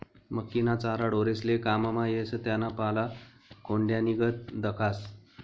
मक्कीना चारा ढोरेस्ले काममा येस त्याना पाला खोंड्यानीगत दखास